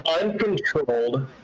uncontrolled